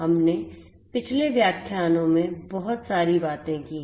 हमने पिछले व्याख्यानों में बहुत सारी बातें की हैं